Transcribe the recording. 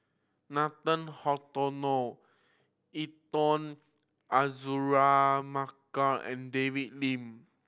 Nathan Hartono Intan Azura Mokhtar and David Lim